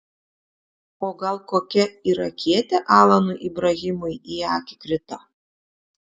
o gal kokia irakietė alanui ibrahimui į akį krito